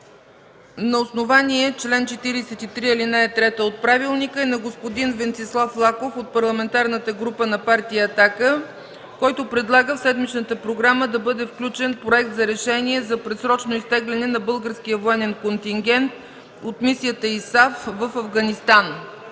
на основание чл. 43, ал. 3 от правилника е на господин Венцислав Лаков от Парламентарната група на Партия „Атака”, който предлага в седмичната програма да бъде включен Проект за решение за предсрочно изтегляне на българския военен контингент от мисията ИСАФ в Афганистан.